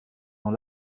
dans